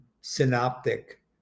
synoptic